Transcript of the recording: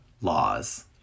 laws